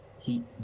heat